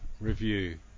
Review